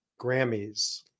Grammys